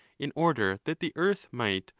in order that the earth might,